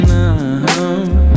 now